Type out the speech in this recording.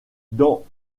dans